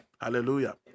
Hallelujah